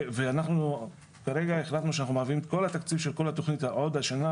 אנחנו כרגע החלטנו שאנחנו מעברים את כל התקציב של כל התכנית עוד השנה,